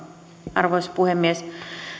arvoisa puhemies